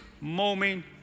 moment